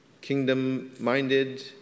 kingdom-minded